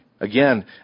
Again